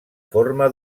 forma